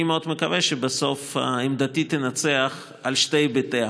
אני מאוד מקווה שבסוף עמדתי תנצח על שני היבטיה: